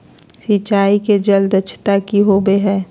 सिंचाई के जल दक्षता कि होवय हैय?